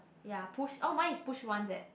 yea push orh mine is push once eh